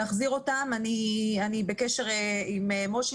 ואני בקשר עם מושיק,